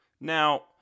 Now